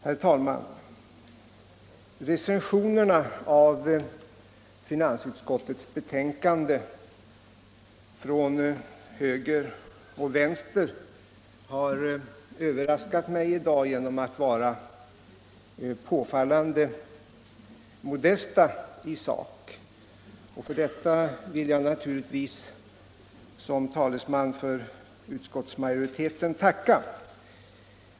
Herr talman! Recensionerna från höger och vänster av finansutskottets betänkande har överraskat mig i dag genom att vara påfallande modesta i sak, och för detta vill jag naturligtvis som talesman för utskottsmajoriteten tacka.